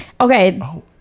Okay